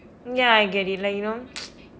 ya I get it like you know